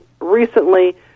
recently